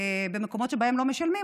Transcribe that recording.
במקומות שבהם לא משלמים,